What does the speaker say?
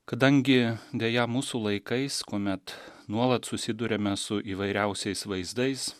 kadangi deja mūsų laikais kuomet nuolat susiduriame su įvairiausiais vaizdais